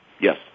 Yes